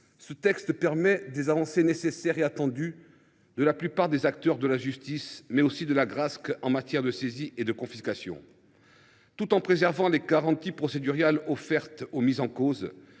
ce texte permet des avancées nécessaires et attendues non seulement de la plupart des acteurs de la justice, mais aussi de l’Agrasc en matière de saisie et de confiscation. Tout en préservant les garanties procédurales offertes aux mis en cause,